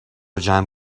جمع